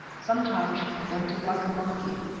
sometimes she grunted like a monkey,